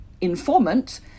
informant